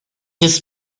ist